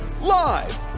Live